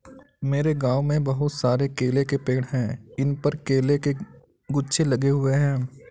मेरे गांव में बहुत सारे केले के पेड़ हैं इन पर केले के गुच्छे लगे हुए हैं